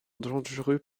dangereux